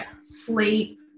sleep